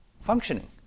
functioning